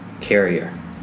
Carrier